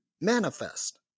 manifest